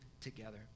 together